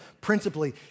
principally